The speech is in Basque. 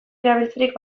erabiltzerik